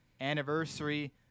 anniversary